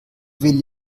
will